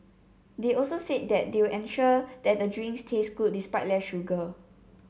they also said that they will ensure that the drinks taste good despite less sugar